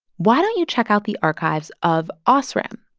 why don't you check out the archives of osram,